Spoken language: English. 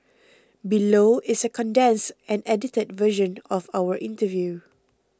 below is a condensed and edited version of our interview